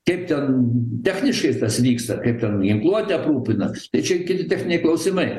kaip ten techniškai tas vyksta kaip ten ginkluote aprūpina tai čia ki techniniai klausimai